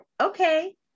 okay